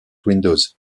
windows